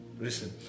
Listen